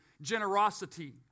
generosity